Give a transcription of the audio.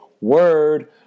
word